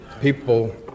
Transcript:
people